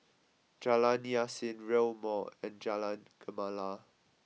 Jalan Yasin Rail Mall and Jalan Gemala